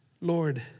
Lord